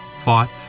fought